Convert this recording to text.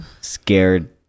scared